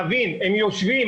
הם יושבים,